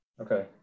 okay